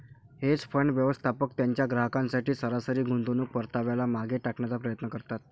hedge fund, व्यवस्थापक त्यांच्या ग्राहकांसाठी सरासरी गुंतवणूक परताव्याला मागे टाकण्याचा प्रयत्न करतात